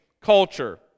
culture